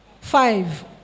Five